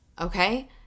Okay